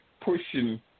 pushing